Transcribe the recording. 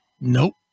Nope